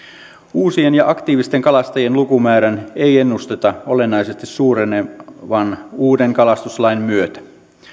uusien ja aktiivisten kalastajien lukumäärän ei ennusteta olennaisesti suurenevan uuden kalastuslain myötä